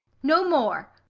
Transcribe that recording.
no more.